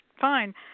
fine